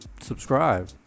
subscribe